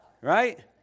Right